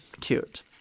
Cute